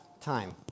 time